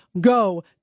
go